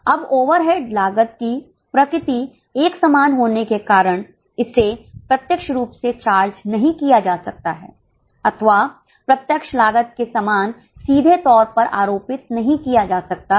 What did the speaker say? अब overhead लागत की प्रकृति एक समान होने के कारण इसे प्रत्यक्ष रूप से चार्ज नहीं किया जा सकता है अथवा प्रत्यक्ष लागत के समान सीधे तौर पर आरोपित नहीं किया जा सकता है